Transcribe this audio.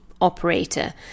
operator